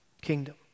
kingdom